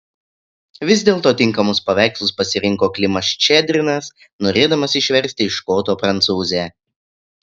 vis dėlto tinkamus paveikslus pasirinko klimas ščedrinas norėdamas išversti iš koto prancūzę